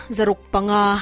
Zarukpanga